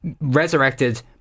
resurrected